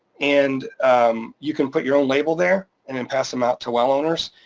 and you can put your own label there and then pass them out to well owners.